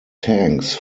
tanks